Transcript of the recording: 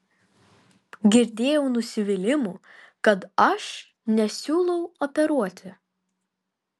girdėjau nusivylimų kad aš nesiūlau operuoti